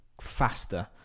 faster